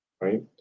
Right